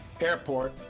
airport